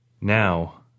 Now